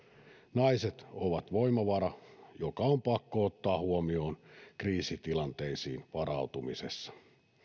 naiset ovat voimavara joka on pakko ottaa huomioon kriisitilanteisiin varautumisessa